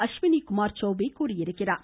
அஸ்வினி குமார் சௌபே தெரிவித்துள்ளார்